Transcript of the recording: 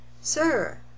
Sir